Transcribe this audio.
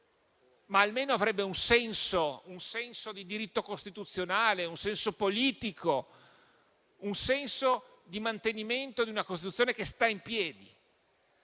ma almeno avrebbe un senso: un senso di diritto costituzionale, un senso politico, un senso di mantenimento di una Costituzione che sta in piedi.